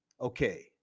Okay